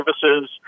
services